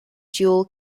dual